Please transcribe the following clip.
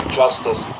justice